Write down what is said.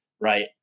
right